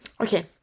Okay